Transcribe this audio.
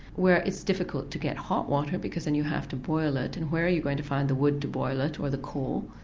where it's difficult to get hot water because then you have to boil it and where are you going to find the wood to boil it or the coal,